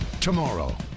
Tomorrow